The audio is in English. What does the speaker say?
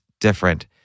different